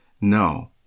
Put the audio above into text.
No